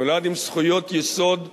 נולד עם זכויות יסוד מולדות,